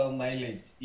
mileage